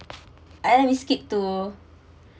let me skip to